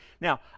Now